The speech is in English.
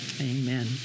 Amen